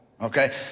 okay